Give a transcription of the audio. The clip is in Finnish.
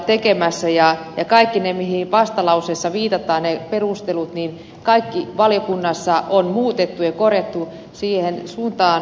kaikki ne perustelut mihin vastalauseessa viitataan on valiokunnassa muutettu ja korjattu siihen suuntaan